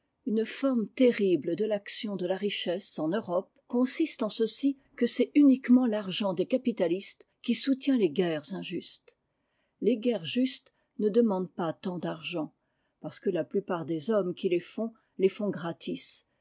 une forme terrible de l'action de la richesse en europe consiste en ceci que c'est uniquement l'argent des capitalistes qui soutient les guerres injustes les guerres justes ne demandent pas tant d'argent parce que la plupart des hommes qui les font les font gratis